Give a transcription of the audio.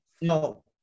no